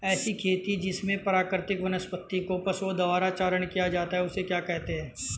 ऐसी खेती जिसमें प्राकृतिक वनस्पति का पशुओं द्वारा चारण किया जाता है उसे क्या कहते हैं?